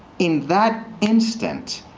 in that instant,